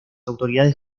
autoridades